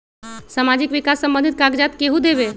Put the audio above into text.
समाजीक विकास संबंधित कागज़ात केहु देबे?